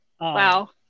Wow